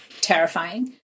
terrifying